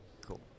Cool